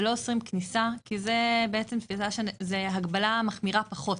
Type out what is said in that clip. ולא אוסרים כניסה כי זה הגבלה מחמירה פחות.